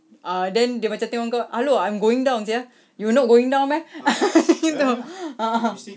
ah then dia macam tengok engkau hello I'm going down sia you not going down meh gitu a'ah